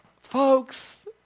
folks